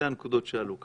אלה הנקודות שעלו כאן.